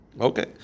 Okay